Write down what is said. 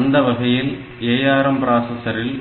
அந்த வகையில் ARM பிராசஸரில்